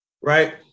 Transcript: right